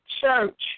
church